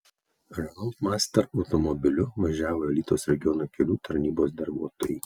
renault master automobiliu važiavo alytaus regiono kelių tarnybos darbuotojai